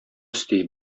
өсти